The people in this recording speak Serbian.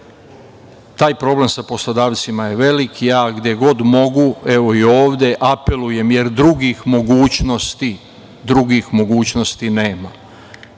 Taj problem sa poslodavcima je veliki, ja gde god mogu, evo i ovde apelujem, jer drugih mogućnosti nema.